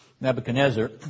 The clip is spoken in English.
Nebuchadnezzar